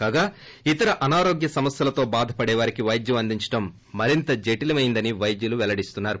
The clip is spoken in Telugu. కాగా ఇతర అనారోగ్య సమస్కలతో బాధపడే వారికి వైద్యం అందించడం మరింత జటిలమైనదని వైద్యులు వెల్లడిస్తున్నారు